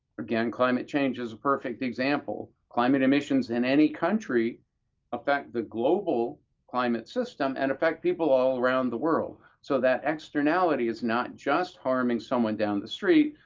again, climate change is a perfect example. climate emissions in any country affect the global climate system and affect people all around the world, so that externality is not just harming someone down the street.